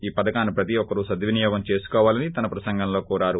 ఈ పథకాన్ని ప్రతి ఒక్కరూ సద్వినియోగం చేసుకోవాలని తన ప్రసంగంలో కోరారు